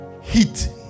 Heat